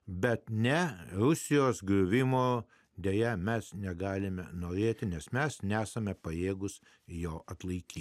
bet ne rusijos griuvimo deja mes negalime norėti nes mes nesame pajėgūs jo atlaikyti